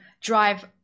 drive